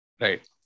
Right